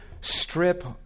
strip